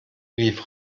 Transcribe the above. rief